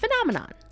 phenomenon